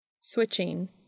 Switching